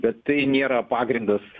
bet tai nėra pagrindas